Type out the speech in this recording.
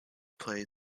play